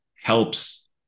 helps